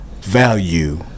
value